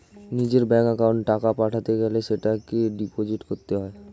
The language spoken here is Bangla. নিজের ব্যাঙ্ক অ্যাকাউন্টে টাকা পাঠাতে গেলে সেটাকে ডিপোজিট করতে হয়